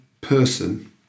person